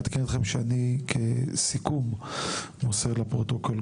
אני מעדכן אתכם שכסיכום מוסר לפרוטוקול,